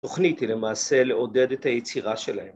התוכנית היא למעשה לעודד את היצירה שלהם.